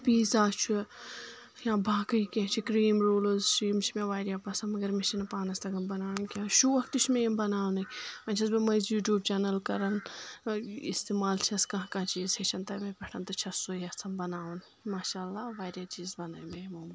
pizza چھُ یا باقٕے کینٛہہ چھِ کریٖم رولٕز چھِ یِم چھِ مےٚ واریاہ پسنٛد مگر مےٚ چھِنہٕ پانس تگان پناوٕنۍ کینٛہہ مگر شوق تہِ چھِ مےٚ یِم بناونٕکۍ وۄنۍ چھس بہٕ مٔنٛزۍ یوٗٹیوٗب چٮ۪نل کران استعمال چھس کانٛہہ کانٛہہ چیٖز ہیٚچھان تمے پٮ۪ٹھ تہٕ چھس سُے یژھان بناوُن ماشاہ اللہ واریاہ چیٖز بنٲے مےٚ یمو منٛز